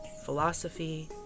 philosophy